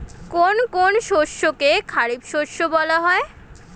কোন কোন শস্যকে খারিফ শস্য বলা হয়?